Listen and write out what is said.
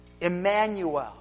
Emmanuel